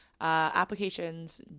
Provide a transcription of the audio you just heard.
Applications